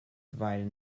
divided